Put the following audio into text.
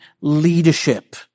leadership